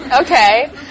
Okay